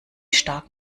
stark